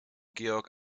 georg